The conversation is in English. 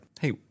Hey